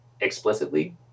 explicitly